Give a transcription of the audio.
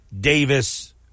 Davis